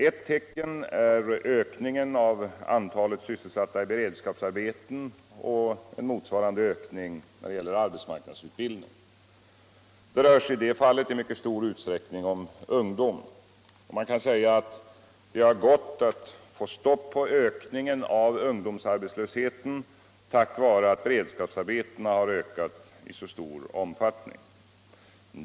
Ett tecken är ökningen av antalet sysselsatta i beredskapsarbeten och en motsvarande ökning när det gäller arbetsmarknadsutbildning. Det rör sig i det fallet i mycket stor utsträckning om ungdom. Man kan säga att det har gått att få stopp på ökningen av ungdomsarbetslösheten tack vare att beredskapsarbetena har ökat i så stor omfattning.